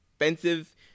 expensive